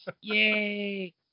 Yay